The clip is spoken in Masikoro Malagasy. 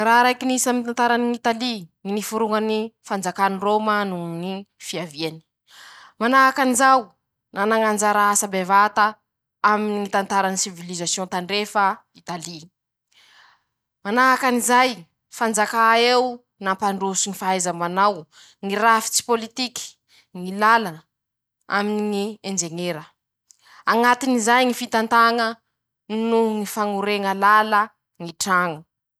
Raha raiky nisy aminy ñy tantaran'Italy: Niforoñan'ny fanjakan'ny rôma noho ñy fiaviany, manahakanjao, manañ'anjara asa bevata, aminy ñy tantarany sivilizasiôn tandrefa italy, manahakan'izay, fanjakà eo nampandroso ñy fahaiza manao, ñy rafitsy pôlitiky, ñy lala, aminy ñy enjeñera, añatin'izay, ñy fitantaña noho ñy fañorena lala, ñy traño.